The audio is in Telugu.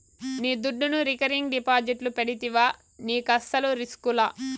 నీ దుడ్డును రికరింగ్ డిపాజిట్లు పెడితివా నీకస్సలు రిస్కులా